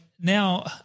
now